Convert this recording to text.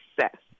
success